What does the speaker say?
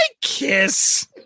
kiss